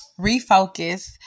refocus